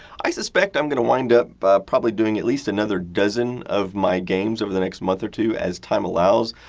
i suspect i'm going to wind up probably doing at least another dozen of my games over the next month or two as time allows.